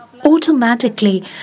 automatically